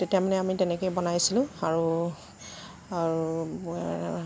তেতিয়া মানে আমি তেনেকেই বনাইছিলোঁ আৰু আৰু